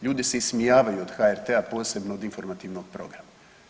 Ljudi se ismijavaju od HRT-a posebno od Informativnog programa.